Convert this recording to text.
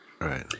Right